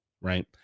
right